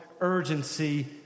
urgency